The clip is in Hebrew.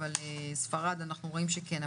אבל ספרד אנחנו רואים שכן.